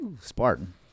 Spartan